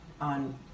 on